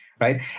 right